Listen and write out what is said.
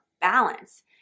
balance